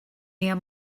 near